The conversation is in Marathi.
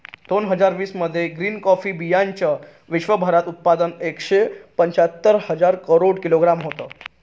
दोन हजार वीस मध्ये ग्रीन कॉफी बीयांचं विश्वभरात उत्पादन एकशे पंच्याहत्तर करोड किलोग्रॅम होतं